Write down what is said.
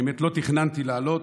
האמת, לא תכננתי לעלות.